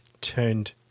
turned